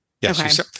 yes